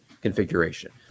configuration